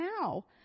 now